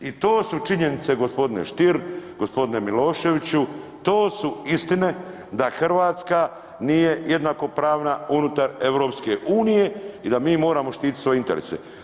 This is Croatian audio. I to su činjenice gospodine Stier, gospodine Miloševiću, to su istine da Hrvatska nije jednakopravna unutar EU i da mi moramo štiti svoje interese.